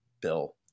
Bill